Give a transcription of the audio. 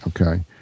Okay